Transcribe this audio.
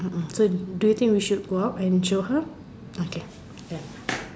a'ah so do you think we should go out and show her okay ya